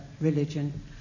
religion